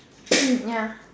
ya